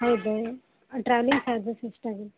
ಹೌದಾ travelling charges ಎಷ್ಟಾಗಿದೆ